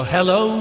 Hello